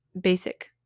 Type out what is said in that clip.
basic